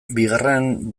bigarren